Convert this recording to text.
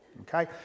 okay